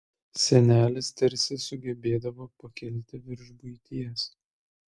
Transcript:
senelis tarsi sugebėdavo pakilti virš buities